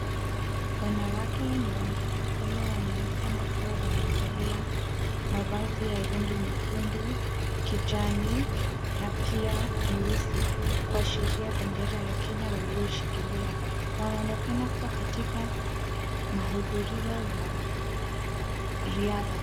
Wanawake na wanaume waonekana kuwa wamevalia mavazi ya rangi nyekundu, kijani na pia nyeusi, kuashiria bendera ya Kenya waliyoishikilia. Wanaonekana kuwa katika mahudhurio ya riadha.